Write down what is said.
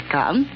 Come